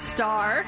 Star